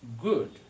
good